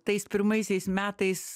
tais pirmaisiais metais